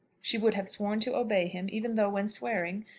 she would have sworn to obey him, even though, when swearing,